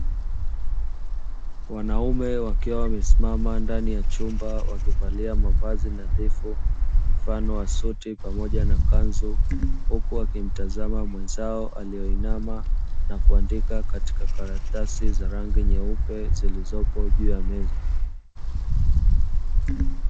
Wanaume wakiwa wamesimama ndani ya chumba wakivalia mavazi nadhifu mfano wa suti pamoja na kanzu, huku wakimtizama mwenzao aliyeinama na kuandika katika karatasi za rangi nyeupe zilizopo juu ya meza.